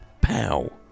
Pow